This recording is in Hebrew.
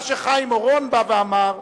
מה שחיים אורון בא ואמר הוא,